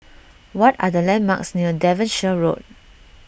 what are the landmarks near Devonshire Road